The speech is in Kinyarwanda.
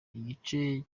igice